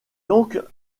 donc